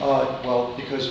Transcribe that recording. oh well because